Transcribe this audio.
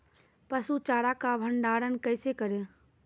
पसु चारा का भंडारण कैसे करें?